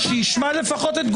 11:15.